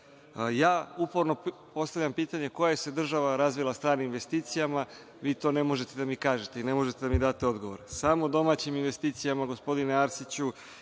Arsića. Uporno postavljam pitanje – koja se država razvila od stranih investicija? Vi to ne možete da mi kažete i ne možete da mi date odgovor. Samo domaćim investicijama, gospodine Arsiću,